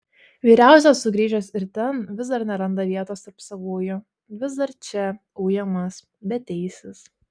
vyriausias sugrįžęs ir ten vis dar neranda vietos tarp savųjų vis dar čia ujamas beteisis